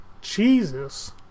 Jesus